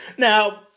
Now